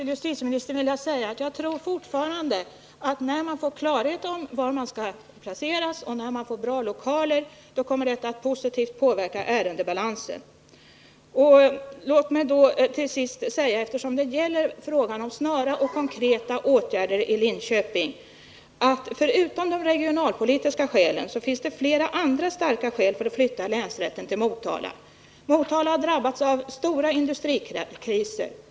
Herr talman! Jag vill säga till justitieministern att jag fortfarande tror att det kommer att positivt påverka ärendebalansen när man på länsrätterna får klarhet i var man skall placeras och när man får bra lokaler. Låt mig säga, eftersom det gäller frågan om snara och konkreta åtgärder i Linköping, att det förutom de regionalpolitiska skälen finns flera andra starka skäl för att flytta länsrätten till Motala. Motala har drabbats av stora industrikriser.